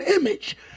image